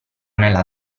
nella